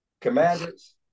Commanders